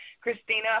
Christina